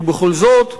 ובכל זאת,